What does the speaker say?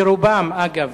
שרובם, אגב,